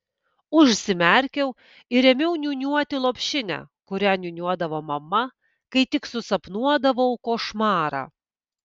užsimerkiau ir ėmiau niūniuoti lopšinę kurią niūniuodavo mama kai tik susapnuodavau košmarą